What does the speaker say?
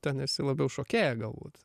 ten esi labiau šokėja galbūt